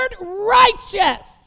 righteous